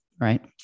Right